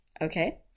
Okay